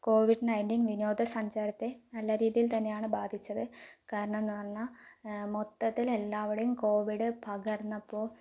Covid nineteen വിനോദസഞ്ചാരത്തെ നല്ല രീതിയിൽ തന്നെയാണ് ബാധിച്ചത് കാരണമെന്ന് പറഞ്ഞാൽ മൊത്തത്തിൽ എല്ലാവിടെയും കോവിഡ് പകർന്നപ്പോൾ